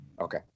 Okay